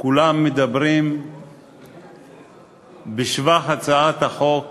כולם מדברים בשבח הצעת החוק